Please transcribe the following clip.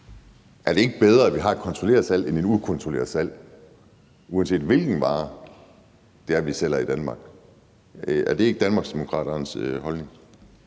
Er det ikke bedre, at vi har et kontrolleret salg end et ukontrolleret salg, uanset hvilken vare det er, vi sælger i Danmark? Er det ikke Danmarksdemokraternes holdning?